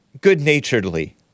good-naturedly